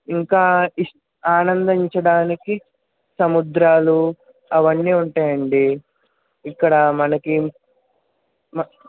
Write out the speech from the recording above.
ఇంకా ఇష్ ఆనందించడానికి సముద్రాలు అవన్నీ ఉంటాయండి ఇక్కడ మనకి మ